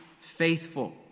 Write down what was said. faithful